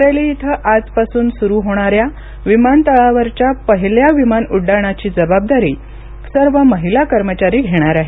बरेली इथं आजपासून सुरू होणाऱ्या विमानतळावरच्या पहिल्या विमानउड्डाणाघी जबाबदारी सर्व महिला कर्मचारी घेणार आहेत